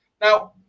now